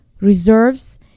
reserves